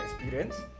experience